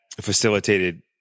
facilitated